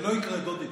זה לא יקרה, דודי.